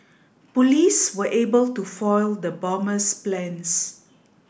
police were able to foil the bomber's plans